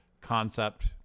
concept